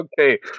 Okay